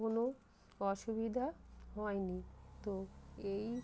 কোনো অসুবিধা হয় নি তো এই